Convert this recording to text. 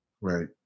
Right